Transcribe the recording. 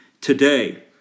today